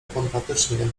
pompatycznie